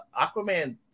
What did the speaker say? Aquaman